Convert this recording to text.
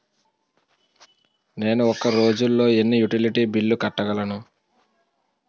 నేను ఒక రోజుల్లో ఎన్ని యుటిలిటీ బిల్లు కట్టగలను?